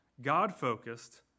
God-focused